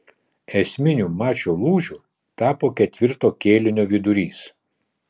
esminiu mačo lūžiu tapo ketvirto kėlinio vidurys